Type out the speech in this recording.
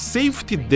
Safety